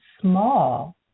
small